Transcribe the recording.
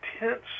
intense